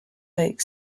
lake